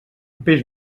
peix